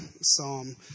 psalm